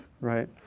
Right